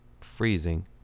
freezing